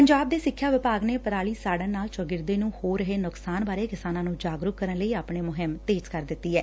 ਪੰਜਾਬ ਦੇ ਸਿੱਖਿਆ ਵਿਭਾਗ ਨੇ ਪਰਾਲੀ ਸਾਤਨ ਨਾਲ ਚੌਂਗਿਰਦੇ ਨੂੰ ਹੋ ਰਹੇ ਨੁਕਸਾਨ ਬਾਰੇ ਕਿਸਾਨਾਂ ਨੂੰ ਜਾਗਰੁਕ ਕਰਨ ਲਈ ਆਪਣੀ ਮੁਹਿੰਮ ਤੇਜ ਕਰ ਦਿੱਤੀ ਐ